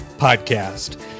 Podcast